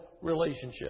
relationship